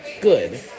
good